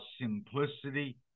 simplicity